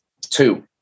two